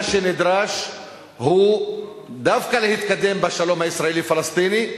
מה שנדרש הוא דווקא להתקדם בשלום הישראלי-פלסטיני,